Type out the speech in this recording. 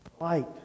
light